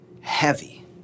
heavy